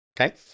okay